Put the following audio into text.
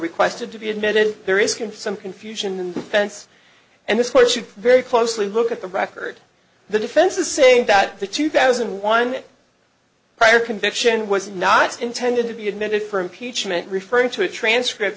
requested to be admitted there is can some confusion and fence and this one should very closely look at the record the defense is saying that the two thousand and one prior conviction was not intended to be admitted for impeachment referring to a transcript